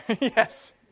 Yes